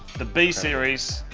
the b-series,